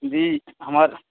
جی ہمارا